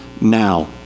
now